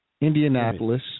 Indianapolis